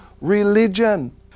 religion